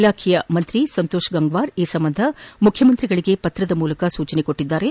ಇಲಾಖೆಯ ಸಚಿವ ಸಂತೋಷ್ ಗಂಗ್ವಾರ್ ಈ ಸಂಬಂಧ ಎಲ್ಲ ಮುಖ್ಯಮಂತ್ರಿಗಳಿಗೆ ಪತ್ರದ ಮೂಲಕ ಸೂಚಿಸಿದ್ದಾರೆ